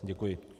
Děkuji.